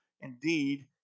indeed